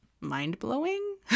mind-blowing